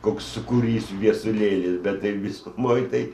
koks sūkurys viesulėlis bet taip visumoj tai